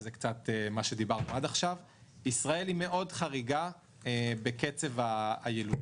וזה קצת קשור למה שדיברנו עד עכשיו: ישראל חריגה מאוד בקצב הילודה.